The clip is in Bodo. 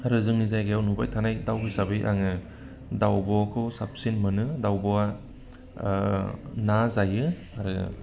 आरो जोंनि जायगायाव नुबाय थानाय दाउ हिसाबै आङो दाउब'खौ साबसिन मोनो दाउब'आ ना जायो आरो